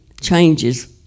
changes